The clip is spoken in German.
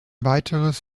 weiteres